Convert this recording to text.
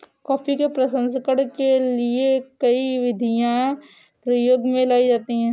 coffee के प्रसंस्करण के लिए कई विधियां प्रयोग में लाई जाती हैं